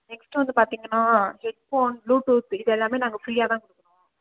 next வந்து பார்த்தீங்கன்னா headphone bluetooth இது எல்லாமே நாங்கள் ஃப்ரீயாகதான்